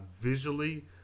visually